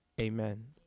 Amen